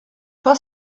pas